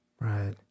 Right